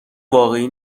واقعی